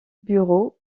bureau